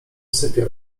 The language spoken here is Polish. sypia